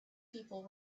people